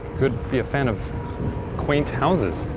could be a fan of quaint houses.